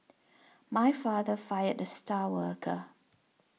my father fired the star worker